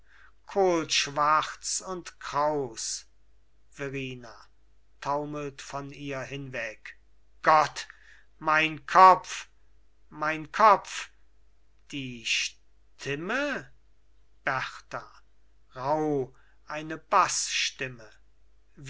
kohlschwarz und kraus verrina taumelt von ihr hinweg gott mein kopf mein kopf die stimme berta rauh eine